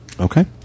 Okay